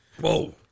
whoa